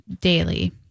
daily